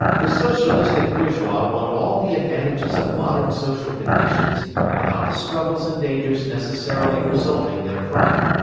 the socialistic bourgeois want all the advantages of modern social conditions without the struggles and dangers necessarily resulting therefrom.